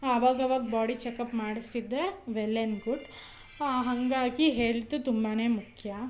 ಅವಾಗ ಅವಾಗ body checkup ಮಾಡಿಸಿದರೆ ವೆಲ್ ಎನ್ ಗುಡ್ ಹಾಗಾಗಿ ಹೆಲ್ತು ತುಂಬಾ ಮುಖ್ಯ